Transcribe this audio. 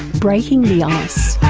breaking the ice.